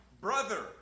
brother